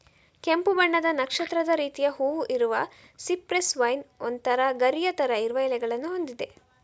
ಕೆಂಪು ಬಣ್ಣದ ನಕ್ಷತ್ರದ ರೀತಿಯ ಹೂವು ಇರುವ ಸಿಪ್ರೆಸ್ ವೈನ್ ಒಂತರ ಗರಿಯ ತರ ಇರುವ ಎಲೆಗಳನ್ನ ಹೊಂದಿದೆ